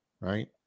right